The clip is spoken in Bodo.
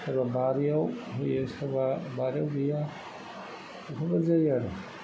सोरबा बारियाव होयो सोरबा बारियाव गैया बेफोरबायदि जायो आरो